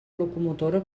locomotora